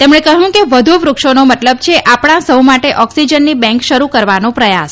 તેમણે કહયું કે વધુ વૃક્ષોનો મતલબ છે આપણા સફુ માટે ઓકસીજનની બેંક શરૂ કરવાનો પ્રથાસ